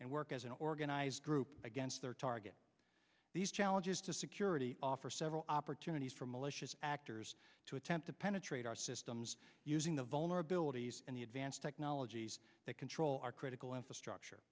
and work as an organized group against their target these challenges to security offer several opportunities for malicious actors to attempt to penetrate our systems using the vulnerabilities and the advanced technologies that control our critical infrastructure